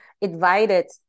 invited